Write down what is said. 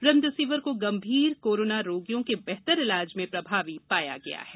remdesivir को गंभीर corona रोगियों के बेहतर इलाज में प्रभावी पाया गया है